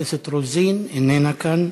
חברת הכנסת רוזין, איננה כאן.